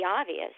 obvious